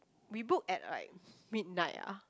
we book at like midnight ah